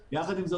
יחד עם זאת,